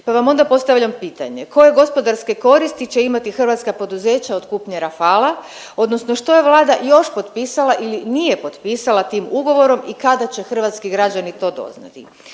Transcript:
Pa vam onda postavljam pitanje, koje gospodarske koristi će imati hrvatska poduzeća od kupnje Rafala odnosno što je Vlada još potpisala ili nije potpisala tim ugovorom i kada će hrvatski građani to doznati?